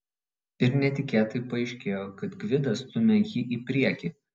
ir netikėtai paaiškėjo kad gvidas stumia jį į priekį